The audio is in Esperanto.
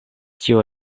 tio